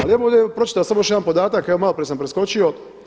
Ali ja bih ovdje pročitao samo još jedan podatak, evo maloprije sam preskočio.